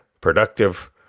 productive